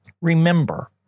Remember